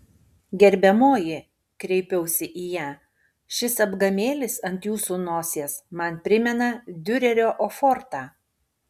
gerbiamoji kreipiausi į ją šis apgamėlis ant jūsų nosies man primena diurerio ofortą